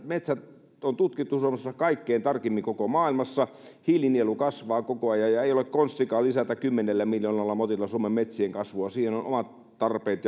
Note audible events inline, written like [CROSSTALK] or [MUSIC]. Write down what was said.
metsät on tutkittu suomessa kaikkein tarkimmin koko maailmassa hiilinielu kasvaa koko ajan ja ei ole konstikaan lisätä kymmenellä miljoonalla motilla suomen metsien kasvua siihen on omat tarpeet [UNINTELLIGIBLE]